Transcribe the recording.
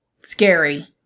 scary